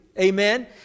amen